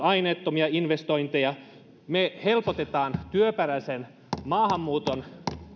aineettomia investointeja me helpotamme työperäisen maahanmuuton